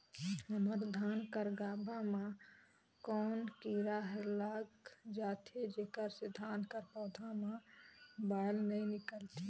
हमर धान कर गाभा म कौन कीरा हर लग जाथे जेकर से धान कर पौधा म बाएल नइ निकलथे?